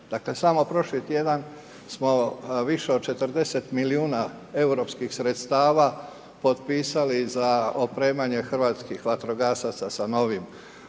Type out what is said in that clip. Dakle, samo prošli tjedan smo više od 40 milijuna europskih sredstava potpisali za opremanje hrvatskih vatrogasaca sa novim vozilima